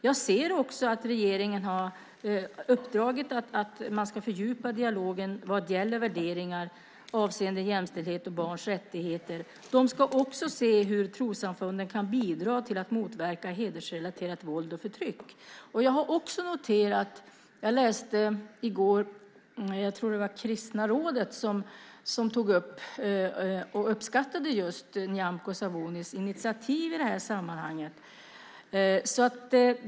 Jag ser också att regeringen har givit uppdraget att man ska fördjupa dialogen vad gäller värderingar avseende jämställdhet och barns rättigheter. De ska också se hur trossamfunden kan bidra till att motverka hedersrelaterat våld och förtryck. Jag läste i går och tror att det var kristna rådet som tog upp och uppskattade just Nyamko Sabunis initiativ i det här sammanhanget.